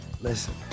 Listen